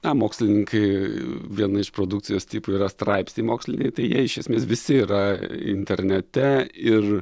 na mokslininkai vieną iš produkcijos tipų yra straipsniai moksliniai tai jie iš esmės visi yra internete ir